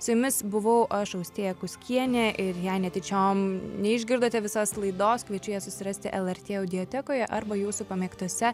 su jumis buvau aš austėja kuskienė ir jei netyčiom neišgirdote visos laidos kviečiu ją susirasti lrt audiotekoje arba jūsų pamėgtose